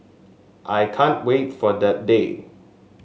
I can't wait for that day